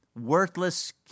worthless